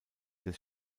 des